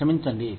క్షమించండి